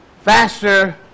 Faster